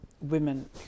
women